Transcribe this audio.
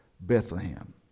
Bethlehem